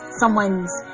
someone's